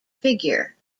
figure